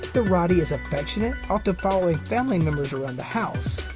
the rottie is affectionate, often following family members around the house.